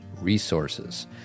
resources